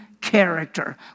character